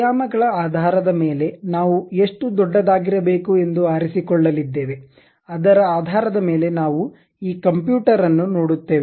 ಆಯಾಮಗಳ ಆಧಾರದ ಮೇಲೆ ನಾವು ಎಷ್ಟು ದೊಡ್ಡದಾಗಿರಬೇಕು ಎಂದು ಆರಿಸಿಕೊಳ್ಳಲಿದ್ದೇವೆ ಅದರ ಆಧಾರದ ಮೇಲೆ ನಾವು ಈ ಕಂಪ್ಯೂಟರ್ ಅನ್ನು ನೋಡುತ್ತೇವೆ